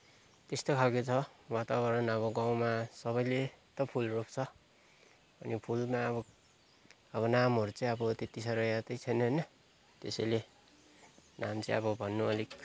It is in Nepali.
त्यस्तो खालको छ वातावरण अब गाउँमा सबैले त फुल रोप्छ अनि फुलमा अब नामहरू चाहिँ त्यति सारो यादै छैन होइन त्यसैले नाम चाहिँ अब भन्नु अलिक